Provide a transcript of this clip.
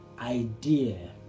idea